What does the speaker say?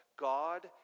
God